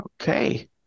Okay